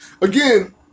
Again